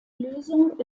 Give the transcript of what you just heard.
lösung